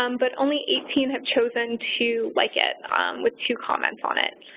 um but only eighteen have chosen to like it with two comments on it.